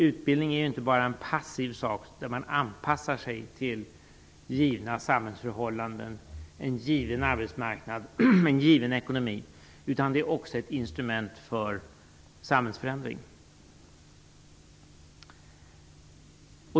Utbildning är ju inte bara en passiv sak, där man anpassar sig till givna samhällsförhållanden, en given arbetsmarknad och en given ekonomi, utan det är också ett instrument för samhällsförändring.